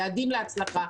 יעדים להצלחה,